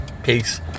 Peace